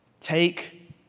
Take